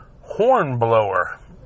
Hornblower